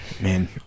man